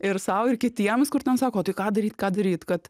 ir sau ir kitiems kur ten sako o tai ką daryt ką daryt kad